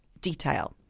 detail